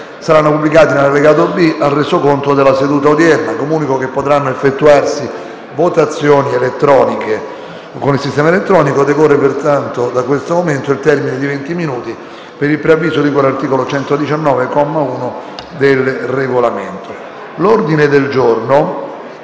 Grazie a tutti